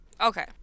Okay